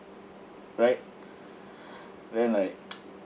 right then like